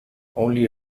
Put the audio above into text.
only